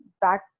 back